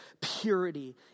purity